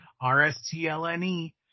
R-S-T-L-N-E